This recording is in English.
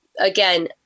again